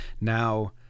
Now